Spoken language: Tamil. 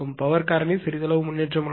பவர் காரணி சிறிதளவு முன்னேற்றம் உள்ளது